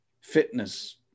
fitness